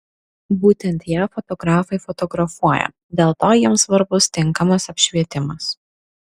būtent ją fotografai fotografuoja dėl to jiems svarbus tinkamas apšvietimas